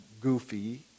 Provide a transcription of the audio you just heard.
goofy